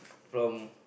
from